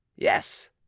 Yes